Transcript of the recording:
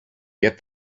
get